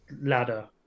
ladder